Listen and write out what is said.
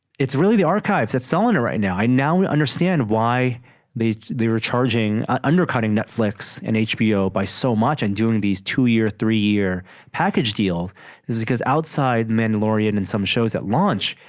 it's really the archive that's selling it right now i now understand why they they were charging undercutting netflix and hbo buy so much and doing these two year three year package deals this is because outside men lorien and and some shows at launch